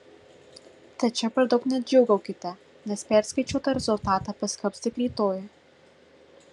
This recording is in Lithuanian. tačiau per daug nedžiūgaukite nes perskaičiuotą rezultatą paskelbs tik rytoj